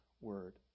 word